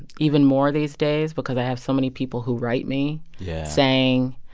even more these days because i have so many people who write me yeah saying,